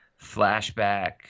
flashback